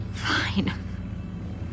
Fine